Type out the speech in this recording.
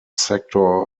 sector